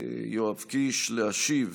יואב קיש להשיב